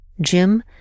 Jim